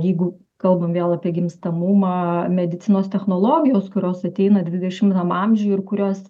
jeigu kalbam vėl apie gimstamumą medicinos technologijos kurios ateina dvidešimtam amžiui ir kurios